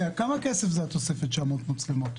כמה כסף זה התוספת של 900 מצלמות?